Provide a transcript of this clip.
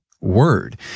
word